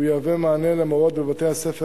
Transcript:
הוא יהווה מענה למורות בבתי-הספר